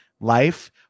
life